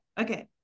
okay